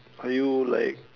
are you like